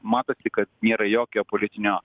matosi kad nėra jokio politinio